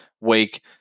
week